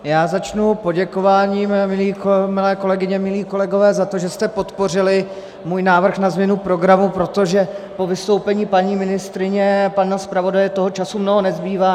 Já začnu poděkováním, milé kolegyně, milí kolegové, za to, že jste podpořili můj návrh na změnu programu, protože po vystoupení paní ministryně a pana zpravodaje, toho času mnoho nezbývá.